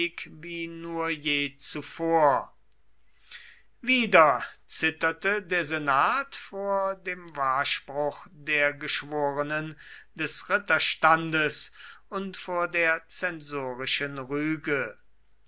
wie nur je zuvor wieder zitterte der senat vor dem wahrspruch der geschworenen des ritterstandes und vor der zensorischen rüge